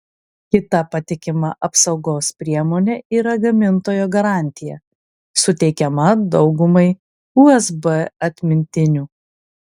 kita patikima apsaugos priemonė yra gamintojo garantija suteikiama daugumai usb atmintinių